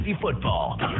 football